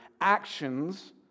actions